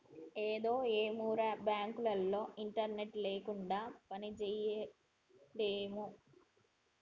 ఏందో ఏమోరా, బాంకులోల్లు ఇంటర్నెట్ లేకుండ పనిజేయలేరేమో